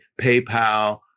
PayPal